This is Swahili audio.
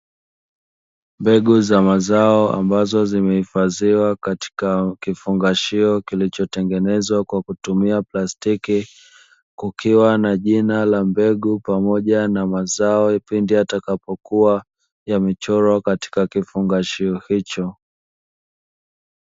Mbegu za mazao ambazo zimehifadhiwa katika kifungashio kilichotengenezwa kwa kutumia plastiki, kukiwa na jina la mbegu pamoja na mazao pindi yatakapokua yamechorwa katika kifungashio hicho.